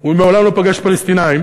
הוא מעולם לא פגש פלסטינים,